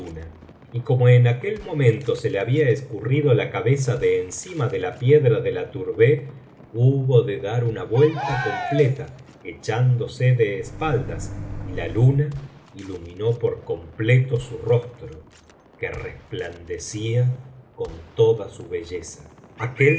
y como rn aquel momento se le había escurrido la cabeza de encima de la piedra de la tourbeh hubo de dar una vuelta completa echándose ele espaldas y la luna iluminó por completo su rostro que resplandecí con toda su belleza aquel